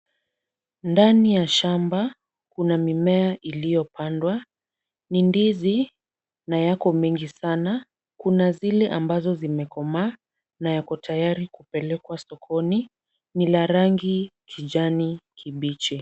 Ndani ya shamba kuna mimea iliyopandwa, ni ndizi na yako mengi sana. Kuna zile ambazo zimekomaa na yako tayari kupelekwa sokoni. Ni la rangi kijani kibichi.